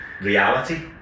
reality